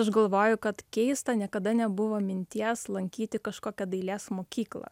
aš galvoju kad keista niekada nebuvo minties lankyti kažkokią dailės mokyklą